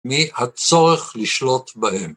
‫מהצורך לשלוט בהם.